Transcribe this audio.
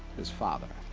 his father.